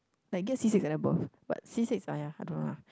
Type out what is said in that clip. like get C six and above but C six !aiya! I don't know lah